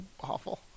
awful